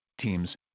teams